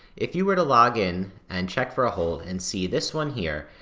if you were to log in and check for a hold and see this one here,